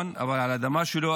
אבל על האדמה שלו,